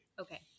Okay